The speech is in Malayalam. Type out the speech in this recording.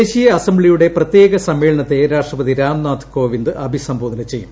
ദേശീയ അസംബ്ലിയുടെ പ്രത്യേക സമ്മേളനത്തെ രാഷ്ട്രപതി രാംനാഥ് കോവിന്ദ് അഭിസംബോധന ചെയ്യും